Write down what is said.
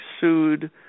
sued